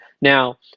Now